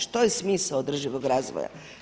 Što je smisao održivog razvoja?